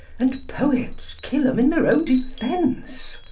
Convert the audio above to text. and poets kill em in their own defence.